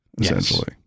essentially